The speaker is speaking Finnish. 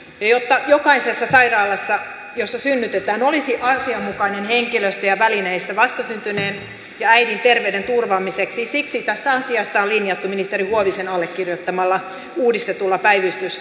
jotta jokaisessa sairaalassa jossa synnytetään olisi asianmukainen henkilöstö ja välineistö vastasyntyneen ja äidin terveyden turvaamiseksi tästä asiasta on linjattu ministeri huovisen allekirjoittamalla uudistetulla päivystysasetuksella